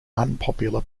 unpopular